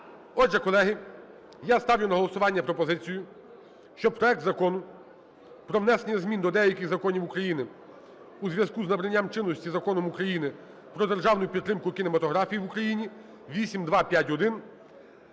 Отже, колеги, я ставлю на голосування пропозицію, щоб проект Закону про внесення змін до деяких законів України у зв'язку з набранням чинності Законом України "Про державну підтримку кінематографії в Україні" (8251)